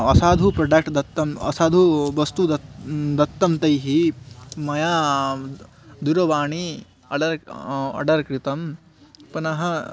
असाधुः प्रडक्ट् दत्तम् असाधुः वस्तुः दत्तं दत्तं तैः मया दूरवाणीम् आर्डर् आर्डर् कृतं पुनः